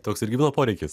toks irgi buvo poreikis